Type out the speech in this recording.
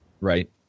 right